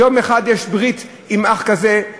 יום אחד יש ברית עם אח כזה,